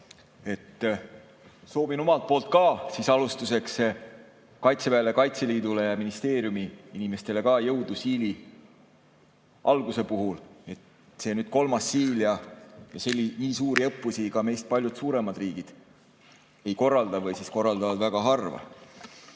Soovin omalt poolt ka alustuseks Kaitseväele, Kaitseliidule ja ministeeriumiinimestele jõudu Siili alguse puhul. See on nüüd kolmas Siil ja nii suuri õppusi ka meist palju suuremad riigid ei korralda või korraldavad väga harva.